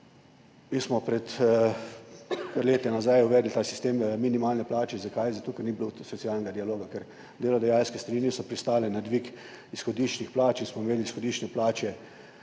Mi smo pred leti uvedli ta sistem minimalne plače. Zakaj? Zato ker ni bilo socialnega dialoga, ker delodajalske strani niso pristale na dvig izhodiščnih plač in smo imeli izhodiščne plače